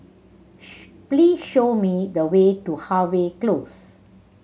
please show me the way to Harvey Close